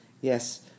yes